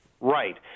Right